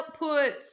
outputs